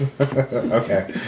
Okay